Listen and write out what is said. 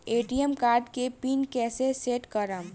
ATM card के pin कैसे set करम?